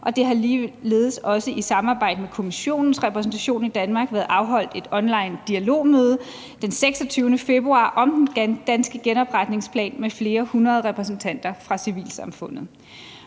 der har ligeledes også i samarbejde med Kommissionens repræsentation i Danmark været afholdt et online dialogmøde den 26. februar om den danske genopretningsplan med flere hundrede repræsentanter fra civilsamfundet.